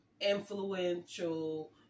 influential